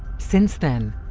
since then,